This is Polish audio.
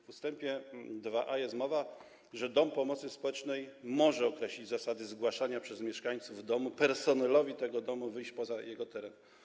W ust. 2a jest mowa o tym, że dom pomocy społecznej może określić zasady zgłaszania przez mieszkańców domu personelowi tego domu wyjść poza jego teren.